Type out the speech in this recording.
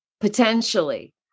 potentially